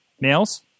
Nails